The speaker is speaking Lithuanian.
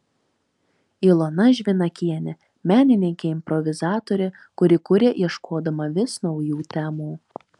ilona žvinakienė menininkė improvizatorė kuri kuria ieškodama vis naujų temų